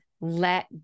let